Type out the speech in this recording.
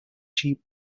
cheat